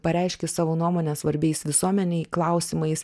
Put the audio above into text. pareiški savo nuomonę svarbiais visuomenei klausimais